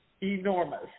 enormous